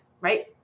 right